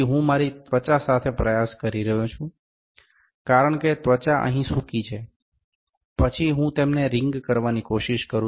તેથી હું મારી ત્વચા સાથે પ્રયાસ કરી રહ્યો છું કારણ કે ત્વચા અહીં સૂકી છે પછી હું તેમને રિંગ કરવાની કોશિશ કરું છું